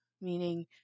meaning